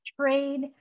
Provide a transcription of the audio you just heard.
trade